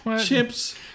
Chips